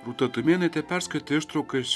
rūta tumėnaitė perskaitė ištrauką iš